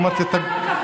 איפה אתה בקמפיין הבא?